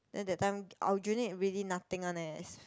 then that time Aljunied really nothing one leh